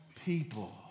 people